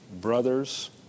brothers